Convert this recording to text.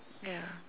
ya